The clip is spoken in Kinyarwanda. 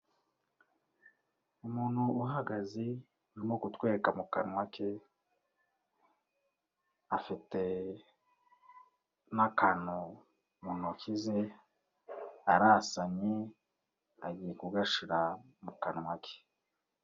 Umuntu uhagaze urimo kutwereka mu kanwa ke, afite n'akantu mu ntoki ze, arasamye, agiye kugashira mu kanwa ke.